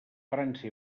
frança